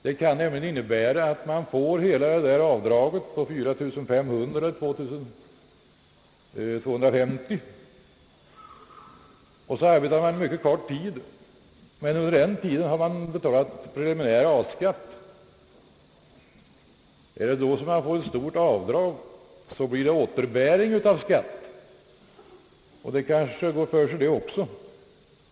Det kan nämligen innebära att den skattskyldige får hela detta avdrag på 4 500 eller 2 250 kronor men arbetar bara en mycket kort tid. Under den tiden har han betalat preliminär A-skatt. Får han då ett stort avdrag, blir det återbäring av skatt. Det går kanske för sig det också.